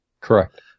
Correct